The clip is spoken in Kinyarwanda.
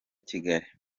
kigali